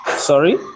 Sorry